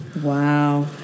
Wow